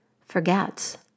forgets